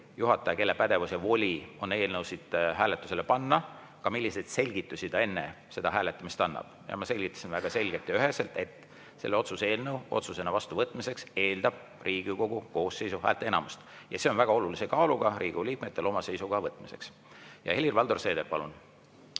juhataja – kelle pädevus ja voli on eelnõusid hääletusele panna – selgitused, mis ta enne hääletamist annab. Ma selgitasin väga selgelt ja üheselt, et selle otsuse eelnõu otsusena vastu võtmine eeldab Riigikogu koosseisu häälteenamust. See on väga olulise kaaluga Riigikogu liikmetel oma seisukoha võtmiseks. Helir-Valdor Seeder, palun!